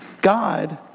God